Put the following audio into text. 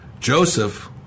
Joseph